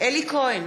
אלי כהן,